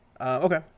Okay